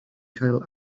cael